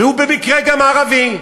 והוא במקרה גם ערבי,